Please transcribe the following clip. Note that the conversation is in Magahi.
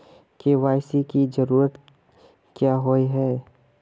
के.वाई.सी की जरूरत क्याँ होय है?